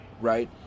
right